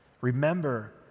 Remember